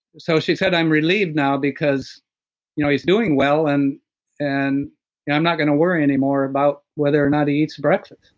so she said, i'm relieved now because you know he's doing well, and and yeah i'm not going to worry anymore about whether or not he eats breakfast.